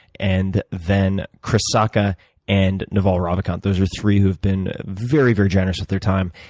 and then chris sacca and neval ravakamp. those are three who have been very, very generous with their time,